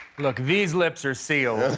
look, these lips are sealed.